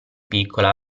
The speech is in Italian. piccola